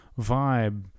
vibe